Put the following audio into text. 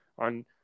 on